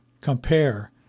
compare